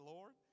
Lord